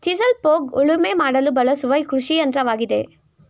chisel ಪೋಗ್ ಉಳುಮೆ ಮಾಡಲು ಬಳಸುವ ಕೃಷಿಯಂತ್ರವಾಗಿದೆ